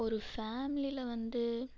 ஒரு ஃபேமிலியில் வந்து